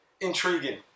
intriguing